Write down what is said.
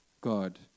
God